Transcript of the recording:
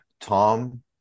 tom